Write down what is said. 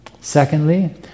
Secondly